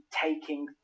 taking